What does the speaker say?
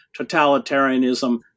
totalitarianism